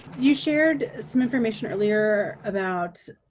you shared some information, earlier, about